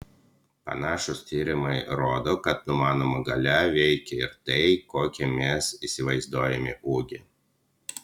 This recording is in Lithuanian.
panašūs tyrimai rodo kad numanoma galia veikia ir tai kokį mes įsivaizduojame ūgį